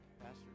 Pastor